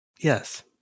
Yes